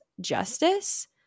justice